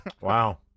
Wow